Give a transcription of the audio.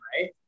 right